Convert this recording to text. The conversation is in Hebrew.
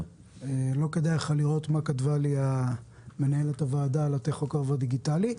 לא כדאי לך לראות מה כתבה לי מנהלת הוועדה על הטכוגרף הדיגיטלי.